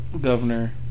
governor